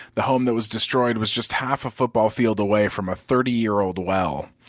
the home that was destroyed was just half a football field away from a thirty year old well.